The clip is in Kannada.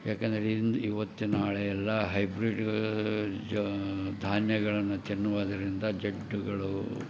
ಯಾಕಂದರೆ ಇಂದು ಇವತ್ತು ನಾಳೆ ಎಲ್ಲಾ ಹೈಬ್ರಿಡ್ ಜ ಧಾನ್ಯಗಳನ್ನ ತಿನ್ನುವುದರಿಂದ ಜಡ್ಡುಗಳು